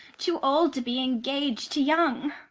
too old to be engag'd to young.